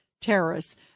terrorists